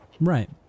Right